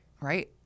right